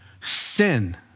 Sin